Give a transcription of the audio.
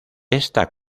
esta